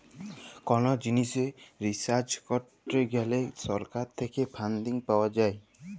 call জিলিসে research করত গ্যালে সরকার থেক্যে ফান্ডিং পাওয়া যায়